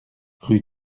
rue